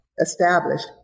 established